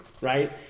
right